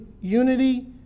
unity